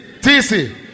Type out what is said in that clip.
TC